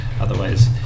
otherwise